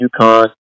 UConn